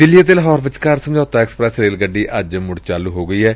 ਦਿੱਲੀ ਅਤੇ ਲਾਹੌਰ ਵਿਚਕਾਰ Samjhauta express rail ਗੱਡੀ ਅੱਜ ਮੁੜ ਚਾਲੁ ਹੋ ਗਈ ਏ